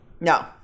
No